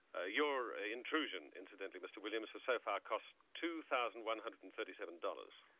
ah your ah intrusion incidentally mr. williams has so far cost two thousand one hundred and thirty seven dollars.